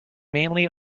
mainly